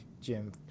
jim